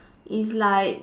is like